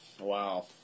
Wow